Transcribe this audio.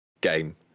game